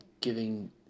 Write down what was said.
giving